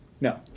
No